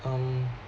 um